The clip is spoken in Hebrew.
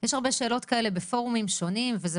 יש הרבה שאלות כאלה בפורומים שונים וזה